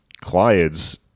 clients